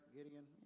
Gideon